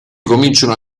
cominciano